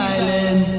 Island